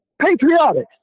patriotic